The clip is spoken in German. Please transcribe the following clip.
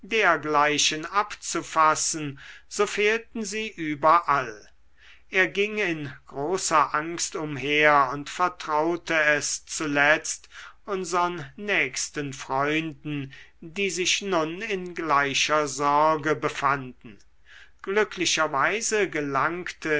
dergleichen abzulassen so fehlten sie überall er ging in großer angst umher und vertraute es zuletzt unsern nächsten freunden die sich nun in gleicher sorge befanden glücklicherweise gelangte